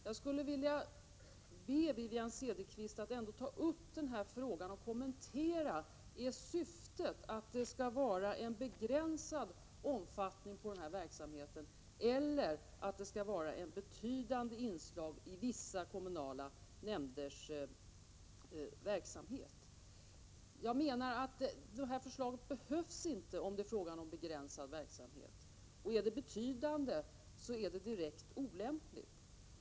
Jag skulle vilja be Wivi-Anne Cederqvist att ändå ta upp den här frågan och kommentera om syftet är att verksamheten skall ha en begränsad omfattning eller om den skall vara ett betydande inslag i vissa kommunala nämnders verksamhet. Jag menar att det här förslaget inte behövs om det är fråga om begränsad verksamhet. Är det fråga om betydande verksamhet så är förslaget direkt olämpligt.